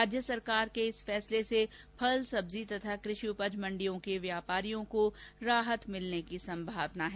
राज्य सरकार के इस निर्णय से फल सब्जी तथा कृषि उपज मण्डियों के व्यापारियों को राहत मिलने की संभावना है